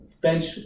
Bench